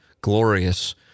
glorious